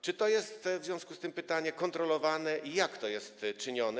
Czy to jest w związku z tym - pytanie - kontrolowane i jak to jest czynione?